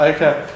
Okay